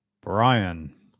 Brian